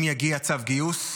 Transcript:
אם יגיע צו גיוס,